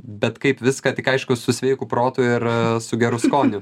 bet kaip viską tik aišku su sveiku protu ir su geru skoniu